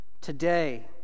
Today